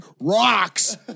rocks